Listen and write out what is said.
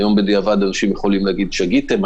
והיום בדיעבד אנשים יכולים להגיד: שגיתם,